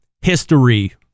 history